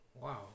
Wow